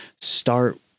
start